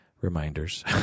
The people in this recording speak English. reminders